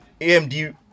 amd